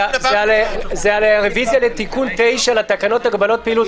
הצבעה על הרביזיה לתיקון 9 לתקנות הגבלת פעילות,